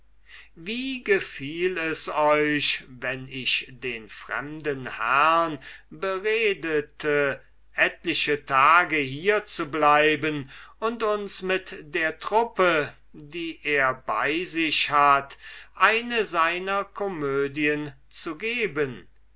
wie gefiel es euch wenn ich den fremden herrn beredete etliche tage hier zu bleiben und uns mit der truppe die er bei sich hat eine seiner komödien zu geben